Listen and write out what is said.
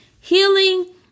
Healing